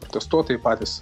protestuotojai patys